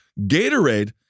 Gatorade